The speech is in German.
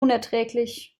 unerträglich